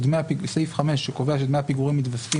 סעיף 5 שקובע שדמי הפיגורים מתווספים